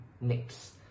next